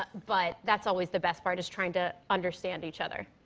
but but that's always the best part is trying to understand each other.